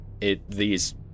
it—these